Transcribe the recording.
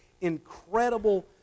incredible